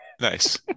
nice